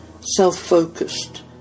self-focused